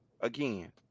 again